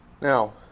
Now